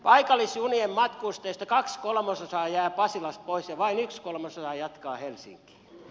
paikallisjunien matkustajista kaksi kolmasosaa jää pasilassa pois ja vain yksi kolmasosa jatkaa helsinkiin